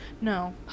No